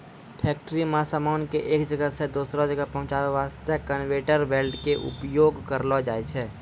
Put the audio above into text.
factory मॅ सामान कॅ एक जगह सॅ दोसरो जगह पहुंचाय वास्तॅ कनवेयर बेल्ट के उपयोग करलो जाय छै